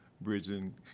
Bridging